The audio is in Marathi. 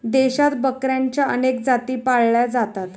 देशात बकऱ्यांच्या अनेक जाती पाळल्या जातात